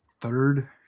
third